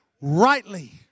rightly